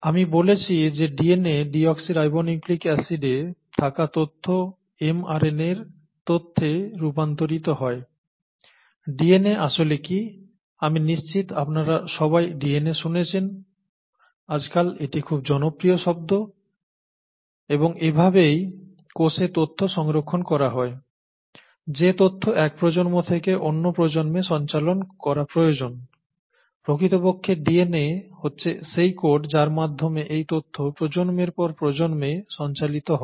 আমরা বলেছি যে DNA ডিঅক্সিরাইবোনিউক্লিক অ্যাসিডে থাকা তথ্য mRNA র তথ্যে রূপান্তরিত হয় DNA আসলে কি আমি নিশ্চিত আপনারা সবাই DNA শুনেছেন আজকাল এটি খুবই জনপ্রিয় শব্দ এবং এভাবেই কোষে তথ্য সংরক্ষণ করা হয় যে তথ্য এক প্রজন্ম থেকে অন্য প্রজন্মে সঞ্চালন করা প্রয়োজন প্রকৃতপক্ষে DNA হচ্ছে সেই কোড যার মাধ্যমে এই তথ্য প্রজন্মের পর প্রজন্মে সঞ্চালিত হয়